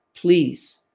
please